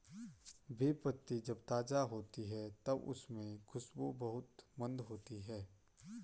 बे पत्ती जब ताज़ा होती है तब उसमे खुशबू बहुत मंद होती है